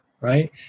right